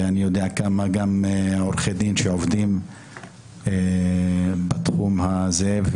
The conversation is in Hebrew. ואני יודע כמה עורכי דין שעובדים בתחום הזה,